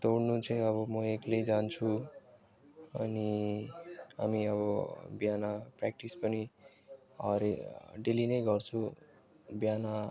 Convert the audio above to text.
दौडनु चाहिँ अब म एक्लै जान्छु अनि अनि अब बिहान प्र्याक्टिस पनि हरे डेली नै गर्छु बिहान